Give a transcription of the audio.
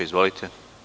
Izvolite.